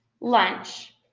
lunch